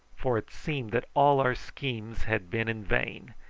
for it seemed that all our schemes had been in vain,